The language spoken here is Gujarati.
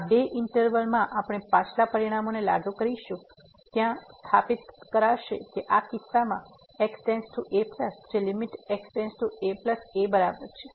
તેથી આ બે ઇન્ટરવલ માં આપણે પાછલા પરિણામને લાગુ કરીશું જે ત્યાં સ્થાપિત કરશે કે આ કિસ્સામાં x → a જે બરાબર છે